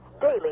Daily